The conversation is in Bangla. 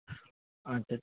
আচ্ছা